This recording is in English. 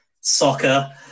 soccer